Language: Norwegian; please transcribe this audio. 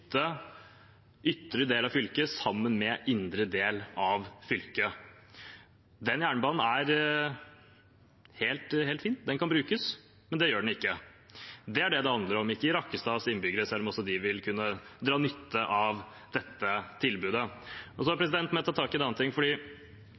ytre del av fylket sammen med indre del av fylket. Den jernbanen er helt fin, den kan brukes, men det gjør den ikke. Det er det det handler om, ikke Rakkestads innbyggere, selv om også de vil kunne dra nytte av dette tilbudet. Så